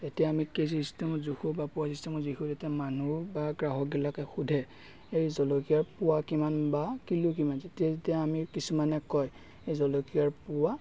এতিয়া আমি কেজি চিষ্টেমত জোখো বা পোৱা চিষ্টেমত জোখো তেতিয়া মানুহ বা গ্ৰাহকবিলাকে সোধে এই জলকীয়াৰ পোৱা কিমান বা কিলো কিমান যেতিয়া তেতিয়া আমি কিছুমানে কয় এই জলকীয়াৰ পোৱা